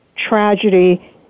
tragedy